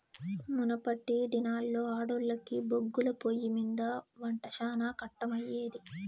మునపటి దినాల్లో ఆడోల్లకి బొగ్గుల పొయ్యిమింద ఒంట శానా కట్టమయ్యేది